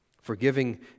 forgiving